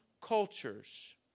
cultures